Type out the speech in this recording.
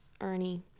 Ernie